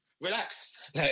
relax